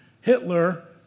Hitler